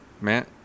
Man